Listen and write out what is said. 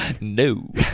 No